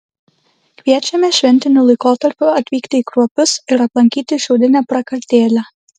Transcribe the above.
kviečiame šventiniu laikotarpiu atvykti į kruopius ir aplankyti šiaudinę prakartėlę